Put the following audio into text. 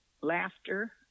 laughter